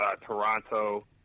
Toronto